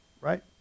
right